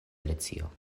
alicio